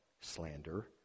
slander